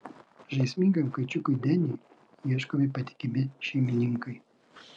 žaismingam kačiukui deniui ieškomi patikimi šeimininkai